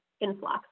influx